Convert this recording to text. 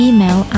Email